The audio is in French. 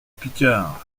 picard